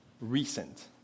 recent